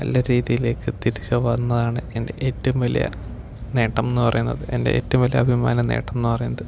നല്ല രീതിയിലേക്ക് തിരിച്ചു വന്നതാണ് എൻ്റെ ഏറ്റവും വലിയ നേട്ടം എന്നു പറയുന്നത് എൻ്റെ ഏറ്റവും വലിയ അഭിമാന നേട്ടം എന്നു പറയുന്നത്